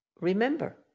remember